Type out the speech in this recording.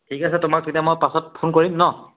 ঠিক আছে তোমাক তেতিয়া মই পাছত ফোন কৰিম নহ্